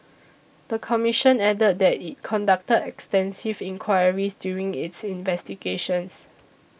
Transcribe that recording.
the commission added that it conducted extensive inquiries during its investigations